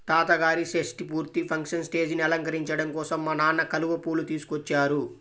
తాతగారి షష్టి పూర్తి ఫంక్షన్ స్టేజీని అలంకరించడం కోసం మా నాన్న కలువ పూలు తీసుకొచ్చారు